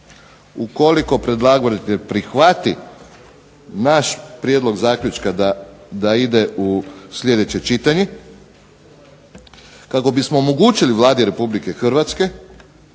Ukoliko predlagatelj prihvati naš prijedlog zaključka da ide u sljedeće čitanje kako bismo omogućili Vladi RH, a